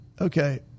okay